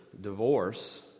divorce